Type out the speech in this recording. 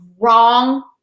wrong